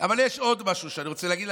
אבל יש עוד משהו שאני רוצה להגיד לכם,